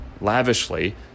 lavishly